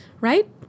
right